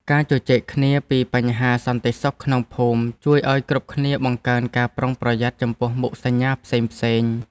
ការជជែកគ្នាពីបញ្ហាសន្តិសុខក្នុងភូមិជួយឱ្យគ្រប់គ្នាបង្កើនការប្រុងប្រយ័ត្នចំពោះមុខសញ្ញាផ្សេងៗ។